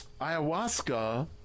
Ayahuasca